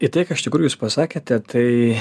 į tai ką iš tikrųjų jūs pasakėte tai